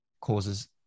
causes